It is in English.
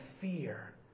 fear